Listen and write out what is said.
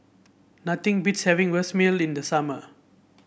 nothing beats having Vermicelli in the summer